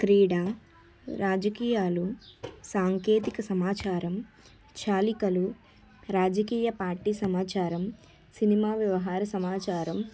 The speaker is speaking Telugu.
క్రీడ రాజకీయాలు సాంకేతిక సమాచారం చాలికలు రాజకీయ పార్టీ సమాచారం సినిమా వ్యవహారా సమాచారం